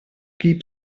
keep